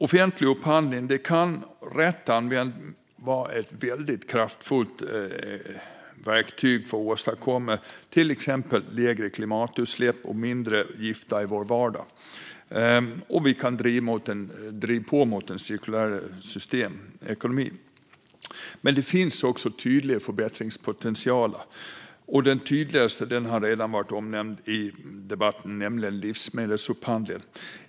Offentlig upphandling kan, rätt använd, vara ett väldigt kraftfullt verktyg för att åstadkomma till exempel lägre klimatutsläpp och mindre gifter i vår vardag. Vi kan driva på i riktning mot cirkulära system i ekonomin. Men det finns också tydliga förbättringspotentialer. Den tydligaste har redan varit omnämnd i debatten, nämligen livsmedelsupphandlingen.